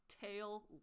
tail